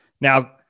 Now